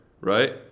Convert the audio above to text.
right